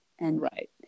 Right